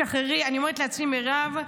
שחררי, אני אומרת לעצמי, מירב,